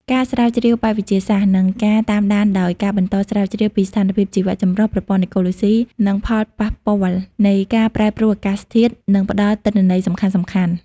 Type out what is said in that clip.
ការស្រាវជ្រាវបែបវិទ្យាសាស្ត្រ និងការតាមដានដោយ ការបន្តស្រាវជ្រាវពីស្ថានភាពជីវៈចម្រុះ ប្រព័ន្ធអេកូឡូស៊ី និងផលប៉ះពាល់នៃការប្រែប្រួលអាកាសធាតុ នឹងផ្តល់ទិន្នន័យសំខាន់ៗ។